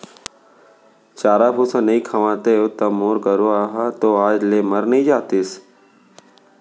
चारा भूसा नइ खवातेंव त मोर गरूवा ह तो आज ले मर नइ जातिस